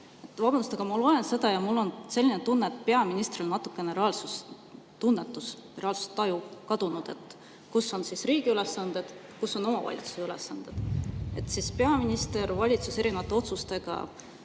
Vabandust, aga ma loen seda ja mul on selline tunne, et peaministril on natukene reaalsustunnetus, reaalsustaju kadunud, et mis on riigi ülesanded ja mis on omavalitsuse ülesanded. Peaminister ja valitsus erinevate otsustega